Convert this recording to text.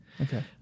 Okay